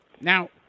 Now